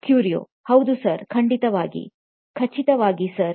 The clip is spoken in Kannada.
ಕ್ಯೂರಿಯೊ ಹೌದು ಸರ್ ಖಂಡಿತವಾಗಿ ಖಚಿತವಾಗಿ ಸರ್